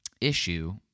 issue